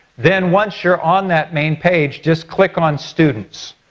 then once you're on that main page just click on students.